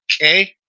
okay